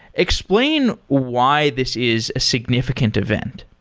explain why this is a significant event.